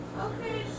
Okay